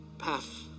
path